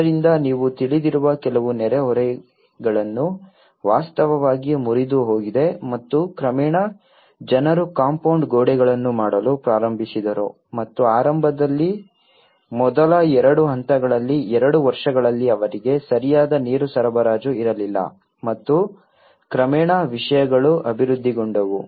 ಇದರಿಂದ ನೀವು ತಿಳಿದಿರುವ ಕೆಲವು ನೆರೆಹೊರೆಗಳನ್ನು ವಾಸ್ತವವಾಗಿ ಮುರಿದುಹೋಗಿದೆ ಮತ್ತು ಕ್ರಮೇಣ ಜನರು ಕಾಂಪೌಂಡ್ ಗೋಡೆಗಳನ್ನು ಮಾಡಲು ಪ್ರಾರಂಭಿಸಿದರು ಮತ್ತು ಆರಂಭದಲ್ಲಿ ಮೊದಲ ಎರಡು ಹಂತಗಳಲ್ಲಿ ಎರಡು ವರ್ಷಗಳಲ್ಲಿ ಅವರಿಗೆ ಸರಿಯಾದ ನೀರು ಸರಬರಾಜು ಇರಲಿಲ್ಲ ಮತ್ತು ಕ್ರಮೇಣ ವಿಷಯಗಳು ಅಭಿವೃದ್ಧಿಗೊಂಡವು